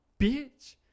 bitch